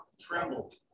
trembled